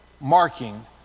marking